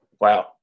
Wow